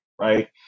right